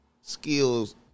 skills